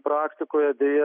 praktikoje deja